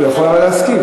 הוא יכול להסכים.